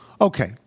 Okay